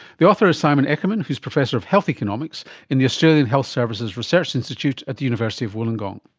the author is simon eckermann, who is professor of health economics in the australian health services research institute at the university of wollongong.